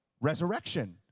Resurrection